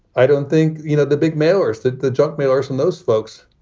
i don't think, you know, the big mailers that the junk mailers and those folks,